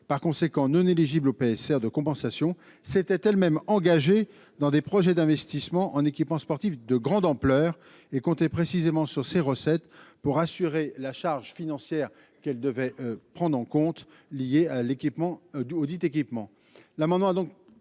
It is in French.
par conséquent, ne éligible au PSR de compensation s'était elle-même engagé dans des projets d'investissements en équipements sportifs de grande ampleur et compter précisément sur ces recettes pour assurer la charge financière qu'elle devait prendre en compte, lié à l'équipement